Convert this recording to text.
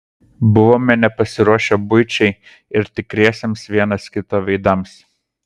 buvome nepasiruošę buičiai ir tikriesiems vienas kito veidams